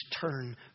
turn